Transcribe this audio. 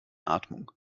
atmung